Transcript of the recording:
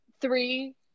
Three